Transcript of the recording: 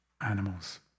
animals